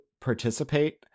participate